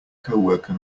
coworker